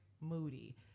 Moody